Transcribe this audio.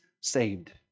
saved